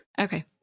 Okay